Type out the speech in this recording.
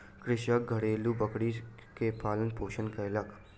कृषक घरेलु बकरी के पालन पोषण कयलक